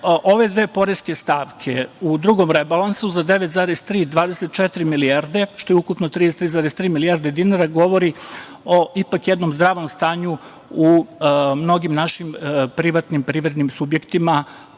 ove dve poreske stavke u drugom rebalansu za 9,3 24 milijarde, što je ukupno 33,3 milijarde dinara govori o ipak jedno zdravom stanju u mnogim našim privatnim privrednim subjektima